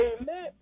amen